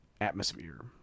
atmosphere